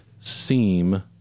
seem